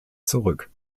zurück